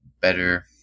better